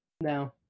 No